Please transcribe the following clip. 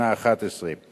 והוספה לו פסקה שסומנה "(11)".